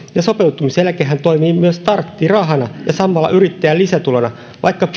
sopeutumiseläkehän toimii myös starttirahana ja samalla yrittäjän lisätulona vaikka